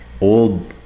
old